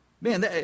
man